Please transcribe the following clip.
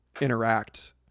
interact